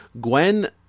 Gwen